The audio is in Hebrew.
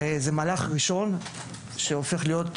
וזה מהלך ראשון שהופך להיות,